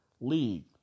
league